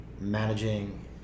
managing